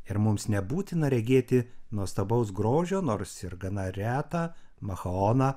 ir mums nebūtina regėti nuostabaus grožio nors ir gana retą machaoną